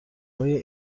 های